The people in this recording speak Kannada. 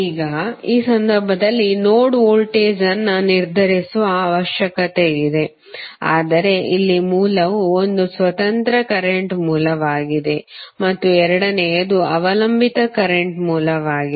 ಈಗ ಈ ಸಂದರ್ಭದಲ್ಲಿ ನೋಡ್ ವೋಲ್ಟೇಜ್ ಅನ್ನು ನಿರ್ಧರಿಸುವ ಅವಶ್ಯಕತೆಯಿದೆ ಆದರೆ ಇಲ್ಲಿ ಮೂಲವು ಒಂದು ಸ್ವತಂತ್ರ ಕರೆಂಟ್ ಮೂಲವಾಗಿದೆ ಮತ್ತು ಎರಡನೆಯದು ಅವಲಂಬಿತ ಕರೆಂಟ್ ಮೂಲವಾಗಿದೆ